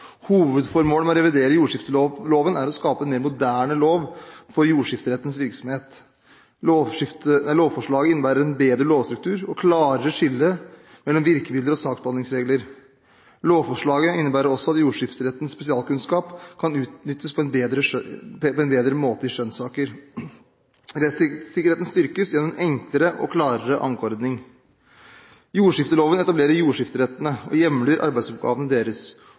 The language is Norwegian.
Hovedformålet med å revidere jordskifteloven er å skape en mer moderne lov for jordskifterettens virksomhet. Lovforslaget innebærer en bedre lovstruktur og klarere skille mellom virkemidler og saksbehandlingsregler. Lovforslaget innebærer også at jordskifterettens spesialkunnskap kan utnyttes på en bedre måte i skjønnssaker. Rettssikkerheten styrkes gjennom en enklere og klarere ankeordning. Jordskifteloven etablerer jordskifterettene og hjemler arbeidsoppgavene deres.